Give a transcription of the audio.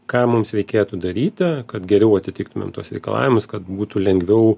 ką mums reikėtų daryti kad geriau atitiktumėm tuos reikalavimus kad būtų lengviau